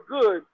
good